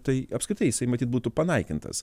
tai apskritai jisai matyt būtų panaikintas